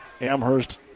Amherst